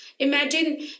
Imagine